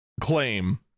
claim